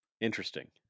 interesting